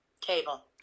Table